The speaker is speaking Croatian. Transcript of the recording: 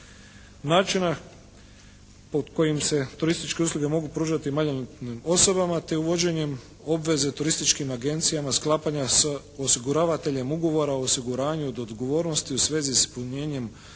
Način na, pod kojim se turističke usluge mogu pružati maloljetnim osobama te uvođenjem obveze turističkim agencijama, sklapanja s osiguravateljem ugovora o osiguranju od odgovornosti u svezi s ispunjenjem obveza